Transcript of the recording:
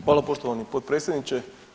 Hvala poštovani potpredsjedniče.